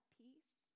peace